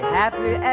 happy